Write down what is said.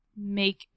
make